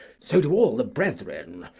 so do all the brethren,